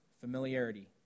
Familiarity